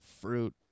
fruit